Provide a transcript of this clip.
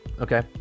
okay